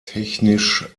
technisch